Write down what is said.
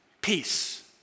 Peace